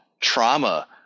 trauma